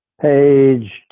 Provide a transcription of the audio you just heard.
page